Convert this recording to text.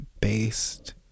based